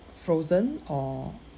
frozen or